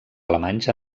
alemanys